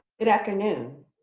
good afternoon.